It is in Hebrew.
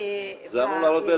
נמנע.